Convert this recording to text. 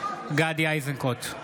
גדי איזנקוט,